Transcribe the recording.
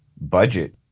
budget